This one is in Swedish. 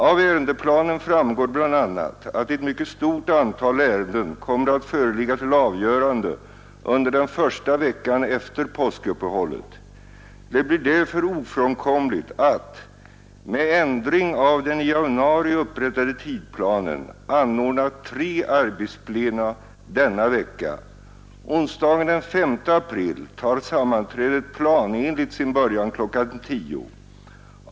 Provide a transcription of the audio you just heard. Av ärendeplanen framgår bl.a. att ett mycket stort antal ärenden kommer att föreligga till avgörande under den första veckan efter påskuppehållet. Det blir därför ofrånkomligt att — med ändring av den i januari upprättade tidplanen — anordna tre arbetsplena denna vecka. Onsdagen den 5 april tar sammanträdet planenligt sin början kl. 10.00.